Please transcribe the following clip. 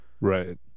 right